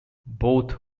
both